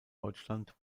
deutschland